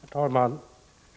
Herr talman!